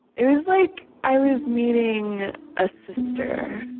it was like i was meeting a sister